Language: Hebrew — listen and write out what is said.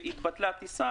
והתבטלה הטיסה,